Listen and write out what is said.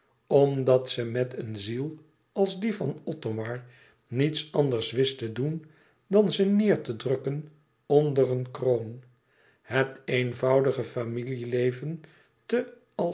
omdat ze met een ziel als die van othomar niets anders wist te doen dan ze neêr te drukken onder een kroon het eenvoudige familieleven te